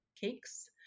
cakes